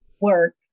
work